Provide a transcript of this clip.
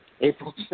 April